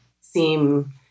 seem